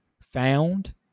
found